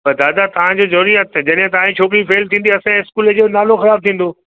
पर दादा तव्हांजे जोरीअ अॻते जॾहिं तव्हांजी छोकिरी फ़ेल थींदी असांजे स्कूल जो नालो ख़राबु थींदो